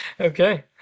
Okay